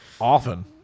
Often